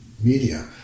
media